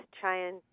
trying